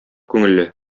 күңелле